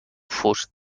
fust